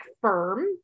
firm